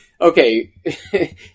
Okay